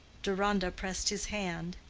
deronda pressed his hand,